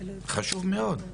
זה חשוב מאוד,